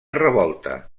revolta